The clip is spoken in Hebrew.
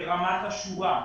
ברמת השורה,